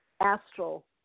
astral